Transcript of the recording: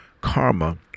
Karma